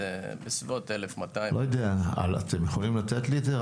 בסביבות 1,200. אתם יכולים לתת לי את זה?